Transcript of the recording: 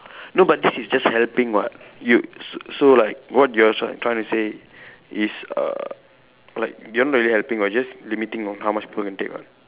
no but this is just helping what you so so like what you are tr~ trying to say is uh like they're not really helping they're just limiting on how much people want take what